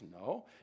No